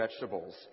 vegetables